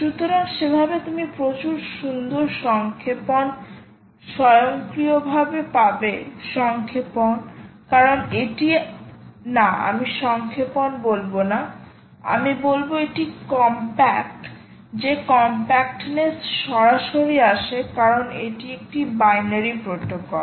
সুতরাং সেভাবে তুমি প্রচুর সুন্দর সংক্ষেপণ স্বয়ংক্রিয়ভাবে পাবে সংক্ষেপণ কারণ এটি না আমি সংক্ষেপণ বলব না আমি বলব এটি কমপ্যাক্ট যে কমপ্যাক্টনেস সরাসরি আসে কারণ এটি একটি বাইনারি প্রোটোকল